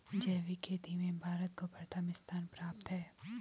जैविक खेती में भारत को प्रथम स्थान प्राप्त है